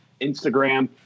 Instagram